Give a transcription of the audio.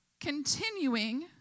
continuing